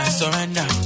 surrender